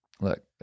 look